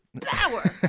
power